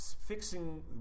fixing